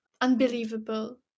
unbelievable